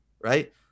right